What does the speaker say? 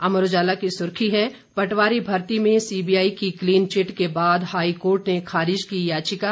अमर उजाला की सुर्खी है पटवारी भर्ती में सीबीआई की क्लीनचिट के बाद हाईकोर्ट ने खारिज की याचिका